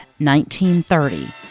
1930